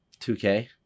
2K